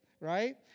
right